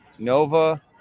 Nova